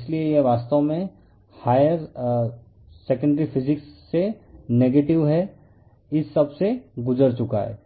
इसलिए यह वास्तव में हायर सेकेंडरी फिजिक्ससे नेगेटिव है इस सब से गुजर चुका है